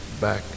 back